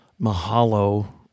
mahalo